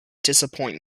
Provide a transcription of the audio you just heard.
disappoint